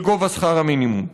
לגובה שכר המינימום.